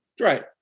right